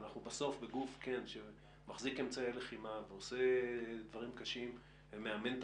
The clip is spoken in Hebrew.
בסוף אנחנו בגוף שמחזיק אמצעי לחימה ועושה דברים קשים ומאמן את